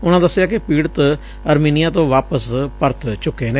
ਉਨੂਾਂ ਦਸਿਆ ਕਿ ਪੀੜ੍ਵਤ ਅਰਮੀਨੀਆ ਤੋਂ ਵਾਪਸ ਪਰਤ ਚੁੱਕੇ ਨੇ